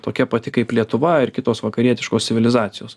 tokia pati kaip lietuva ir kitos vakarietiškos civilizacijos